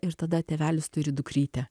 ir tada tėvelis turi dukrytę